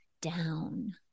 down